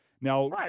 Now